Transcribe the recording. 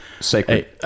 sacred